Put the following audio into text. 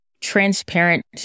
transparent